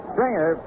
Stringer